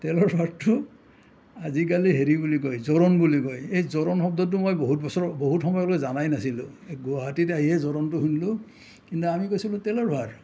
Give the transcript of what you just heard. তেলৰ ভাৰটো আজিকালি হেৰি বুলি কয় জোৰণ বুলি কয় এই জোৰণ শব্দটো মই বহুত বছৰ বহুত সময়লৈ জানাই নাছিলোঁ এই গুৱাহাটীত আহিহে জোৰণটো শুনলো কিন্তু আমি কৈছিলোঁ তেলৰ ভাৰ